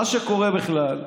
מה שקורה בכלל,